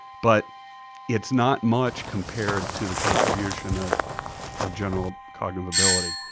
but it's not much compared to the contribution of of general cognitive ability.